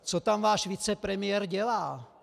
Co tam váš vicepremiér dělá?